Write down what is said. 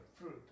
fruit